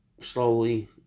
slowly